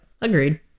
agreed